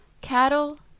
Cattle